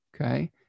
okay